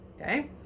okay